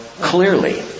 clearly